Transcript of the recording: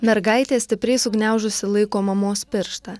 mergaitė stipriai sugniaužusi laiko mamos pirštą